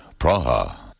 Praha